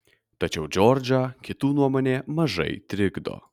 tačiau džordžą kitų nuomonė mažai trikdo